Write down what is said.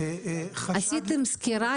עשיתם סקירה?